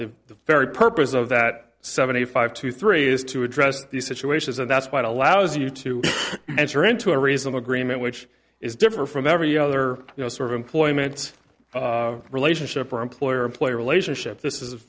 the very purpose of that seventy five to three is to address these situations and that's what allows you to enter into a reason agreement which is different from every other you know sort of employment relationship or employer employee relationship this is